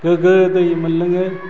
गोगो दै मोनलोङो